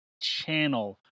channel